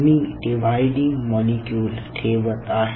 मी dividing molecule ठेवत आहे